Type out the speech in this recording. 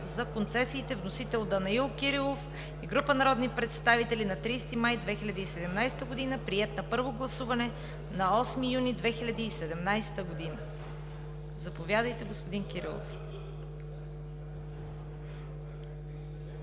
ЗА КОНЦЕСИИТЕ. Вносители: Данаил Кирилов и група народни представители на 30 май 2017 г. Приет на първо гласуване на 8 юни 2017 г. Заповядайте, господин Кирилов.